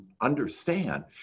understand